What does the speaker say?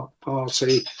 party